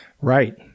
Right